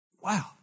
Wow